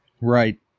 Right